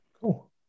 Cool